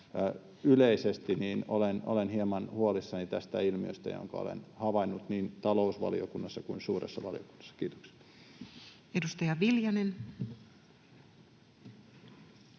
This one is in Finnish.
yleisesti olen hieman huolissani tästä ilmiöstä, jonka olen havainnut niin talousvaliokunnassa kuin suuressa valiokunnassa. — Kiitoksia. Edustaja Viljanen.